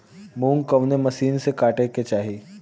मूंग कवने मसीन से कांटेके चाही?